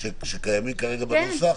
שקיימים כרגע בנוסח?